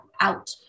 out